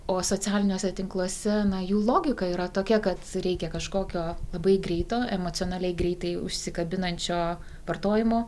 o socialiniuose tinkluose jų logika yra tokia kad reikia kažkokio labai greito emocionaliai greitai užsikabinančio vartojimo